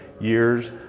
years